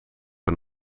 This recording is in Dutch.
een